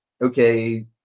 okay